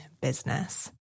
business